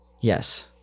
Yes